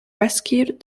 rescued